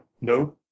No